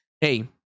Hey